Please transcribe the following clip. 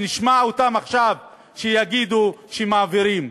שנשמע אותם עכשיו שיגידו שמעבירים.